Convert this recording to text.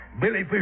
Billy